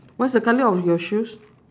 what's the colour of your shoes